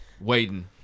Waiting